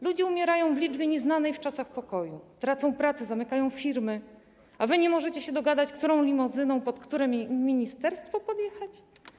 Ludzie umierają w liczbie nieznanej w czasach pokoju, tracą pracę, zamykają firmy, a wy nie możecie się dogadać, którą limuzyną pod które ministerstwo podjechać?